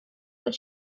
but